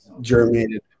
germinated